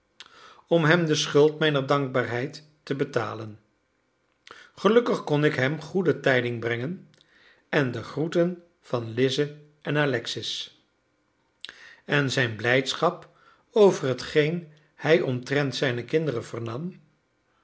om hem de schuld mijner dankbaarheid te betalen gelukkig kon ik hem goede tijding brengen en de groeten van lize en alexis en zijn blijdschap over hetgeen hij omtrent zijne kinderen vernam